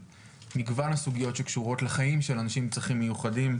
מגוון הסוגיות שקשורות לחיים של אנשים עם צרכים מיוחדים,